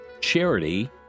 charity